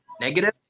negative